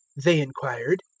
they inquired.